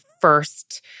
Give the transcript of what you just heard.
first